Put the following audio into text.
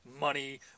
money